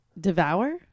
devour